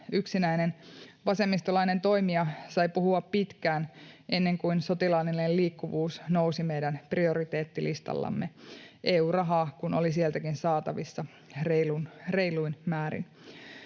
yksinäinen vasemmistolainen toimija sai puhua pitkään ennen kuin sotilaallinen liikkuvuus nousi meidän prioriteettilistallamme, EU-rahaa kun oli sieltäkin saatavissa reiluin määrin.